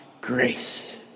grace